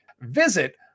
Visit